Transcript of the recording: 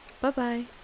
Bye-bye